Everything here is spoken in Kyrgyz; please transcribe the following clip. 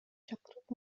чакырып